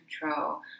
control